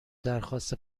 درخواست